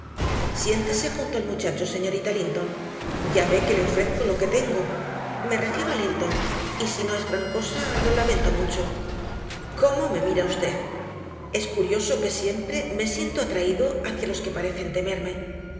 siéntese junto al muchacho señorita linton ya ve que le ofrezco lo que tengo me refiero a linton y si no es gran cosa lo lamento mucho cómo me mira usted es curioso que siempre me siento atraído hacia los que parecen temerme